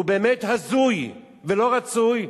והוא באמת הזוי ולא רצוי,